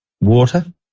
water